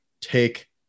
take